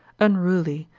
unruly,